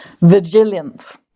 vigilance